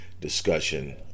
discussion